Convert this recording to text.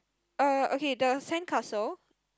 uh okay the sandcastle